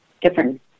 different